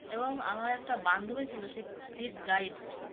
এবং আমার একটা বান্ধবী ছিল সে ফিল্ড গাইড